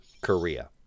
Korea